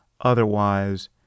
Otherwise